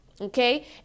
okay